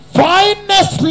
finest